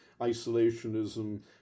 isolationism